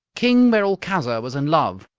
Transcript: king merolchazzar was in love,